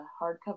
hardcover